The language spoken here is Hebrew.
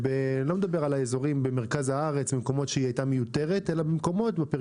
אני לא מדבר על אזורי מרכז הארץ ועל המקומות בהם